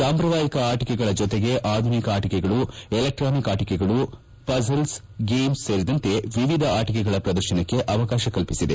ಸಾಂಪ್ರದಾಯಿಕ ಆಟಿಕೆಗಳ ಜೊತೆಗೆ ಆಧುನಿಕ ಆಟಿಕೆಗಳು ಎಲೆಕ್ವಾನಿಕ್ ಆಟಿಕೆಗಳು ಫಝಲ್ಸ್ ಗೇಮ್ಸ್ ಸೇರಿದಂತೆ ವಿವಿಧ ಆಟಿಕೆಗಳ ಪ್ರದರ್ಶನಕ್ಕೆ ಅವಕಾಶ ಕಲ್ಪಿಸಿದೆ